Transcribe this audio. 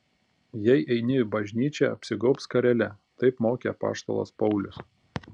jei eini į bažnyčią apsigaubk skarele taip mokė apaštalas paulius